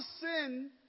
sin